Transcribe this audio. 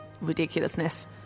ridiculousness